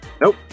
Nope